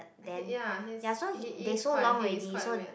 he ya he's he is quite he is quite weird